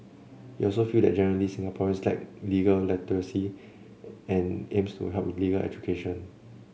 he also feels that generally Singaporeans lack legal literacy and aims to help with legal education